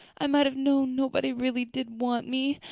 i might have known nobody really did want me.